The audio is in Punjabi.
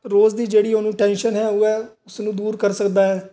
ਰੋਜ਼ ਦੀ ਜਿਹੜੀ ਉਹਨੂੰ ਟੈਨਸ਼ਨ ਹੈ ਉਹ ਹੈ ਉਸ ਨੂੰ ਦੂਰ ਕਰ ਸਕਦਾ ਹੈ